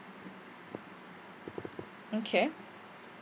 okay